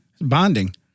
bonding